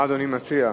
מה אדוני מציע?